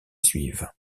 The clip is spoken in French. suivent